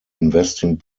investing